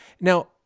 Now